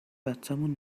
بچمون